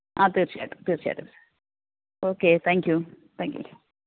ആ തീര്ച്ചയായിട്ടും തീര്ച്ചയായിട്ടും ഓക്കെ താങ്ക്യൂ താങ്ക്യൂ